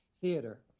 theater